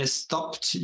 stopped